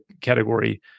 category